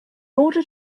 order